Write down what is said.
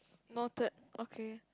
noted okay